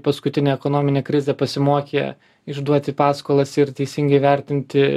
paskutinę ekonominę krizę pasimokė išduoti paskolas ir teisingai vertinti